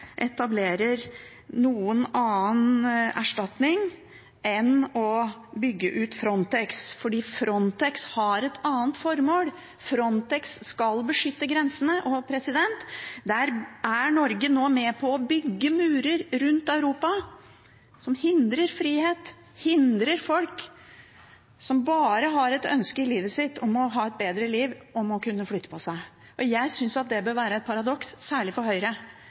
etablerer noen annen erstatning enn å bygge ut Frontex. Frontex har et annet formål, Frontex skal beskytte grensene, og der er Norge nå med på å bygge murer rundt Europa som hindrer frihet, som hindrer folk som bare har et ønske om å få et bedre liv og å kunne flytte på seg. Jeg synes at det er et paradoks, særlig for Høyre,